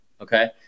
okay